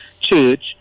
church